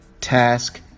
Task